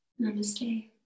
Namaste